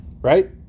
Right